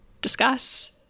discuss